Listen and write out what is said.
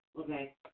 Okay